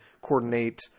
Coordinate